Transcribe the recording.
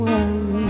one